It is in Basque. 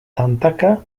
tantaka